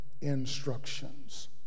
instructions